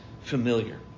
familiar